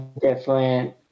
different